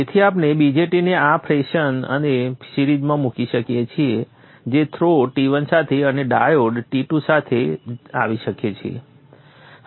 તેથી આપણે BJT ને આ ફેશન અને સિરીઝમાં મૂકી શકીએ છીએ જે થ્રો T1 સાથે અને ડાયોડ T2 દ્વારા સાથે આવી શકે છે